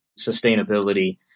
sustainability